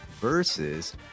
versus